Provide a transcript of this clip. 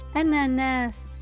ananas